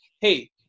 Hey